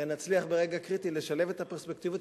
הרי נצליח ברגע קריטי לשלב את הפרספקטיבות